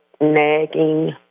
nagging